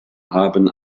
haben